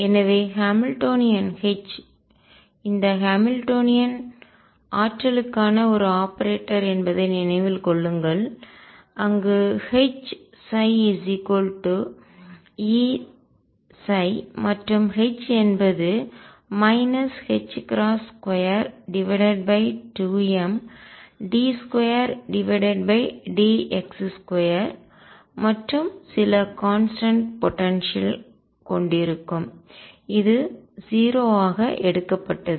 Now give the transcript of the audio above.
எனவே Hamiltonian H இந்த Hamiltonian ஆற்றலுக்கான ஒரு ஆபரேட்டர் என்பதை நினைவில் கொள்ளுங்கள் அங்கு Hψ Eψ மற்றும் H என்பது 22md2dx2 மற்றும் சில கான்ஸ்டன்ட் போடன்சியல் நிலையான ஆற்றல்களைக் கொண்டிருக்கும் இது 0 ஆக எடுக்கப்பட்டது